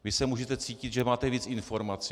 Vy se můžete cítit, že máte víc informací.